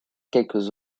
quelques